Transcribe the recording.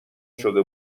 شده